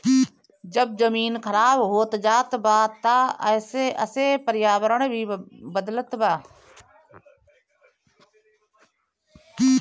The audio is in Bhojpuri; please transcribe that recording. जब जमीन खराब होत जात बा त एसे पर्यावरण भी बदलत बा